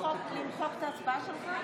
למחוק את ההצבעה שלך?